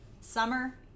Summer